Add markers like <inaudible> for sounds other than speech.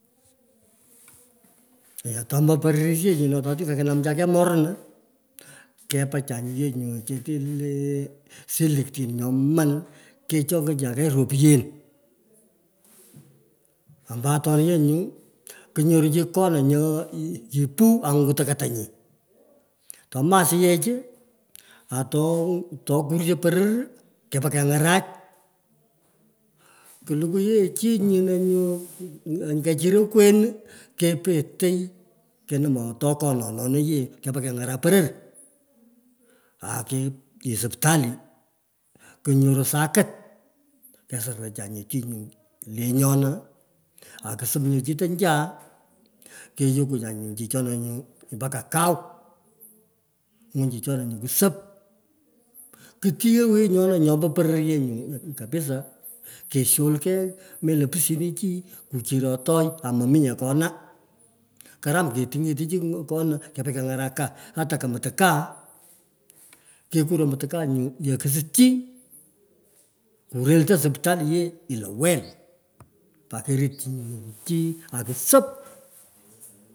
Oto ombo porois yetotini kakinamchakei moron kepa cha nyo yee nyuu, chete lee siiktin nyoman, kechongonecha kei ropyen. Ombo atona yee nyu, konyere chi kona nyu yipoo angwan kuto katanyi. Tomi asiyech, ato <hesitation> ato kuri ye poror lo nyurach, kulukwu ye chi nyino nyu kechir okwen, kepetei kenomotoi konanoni yee, kepa keng’arak poror aa kep nye sipral, kunyoru sakit kesararacha nyu chi lenyona, akusop nyu chitonjaa, keyokucha nyu chichona nyuu mpaka kau. Ngwun nyu chichona kusop. Kutighoi nyona nyopo pororyenyu kapisa, kesholkei, melo pishinichi kuchirotoi aa mominye kona. Kram keting’eti chi kona, kepa kenyaraka, ata ko mtakaa kekoru mtakaa nyo ye kusit chi, kurelto siptali yee lowel pat kerityi chi akusep.